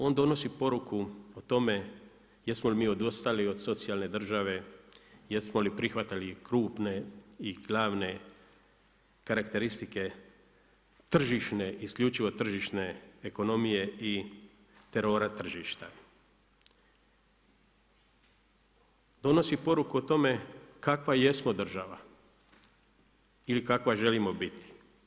On donosi poruku o tome jesmo li mi odustali od socijalne države, jesmo li prihvatili krupne i glavne karakteristike tržišne, isključivo tržišne ekonomije i terora tržišta donosi poruku o tome kakva jesmo država ili kakva želimo biti.